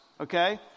okay